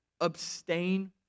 abstain